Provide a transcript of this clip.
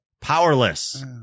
Powerless